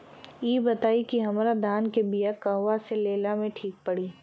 इ बताईं की हमरा धान के बिया कहवा से लेला मे ठीक पड़ी?